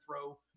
throw –